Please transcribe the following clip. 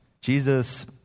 Jesus